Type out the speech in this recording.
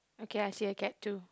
okay I see a cat too